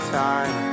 time